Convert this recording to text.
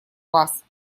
вас